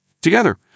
Together